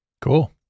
Cool